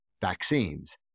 vaccines